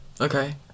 Okay